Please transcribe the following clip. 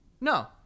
No